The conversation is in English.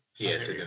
Yes